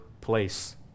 place